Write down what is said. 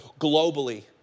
globally